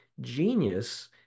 genius